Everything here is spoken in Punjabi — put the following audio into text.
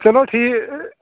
ਚਲੋ ਠੀਕ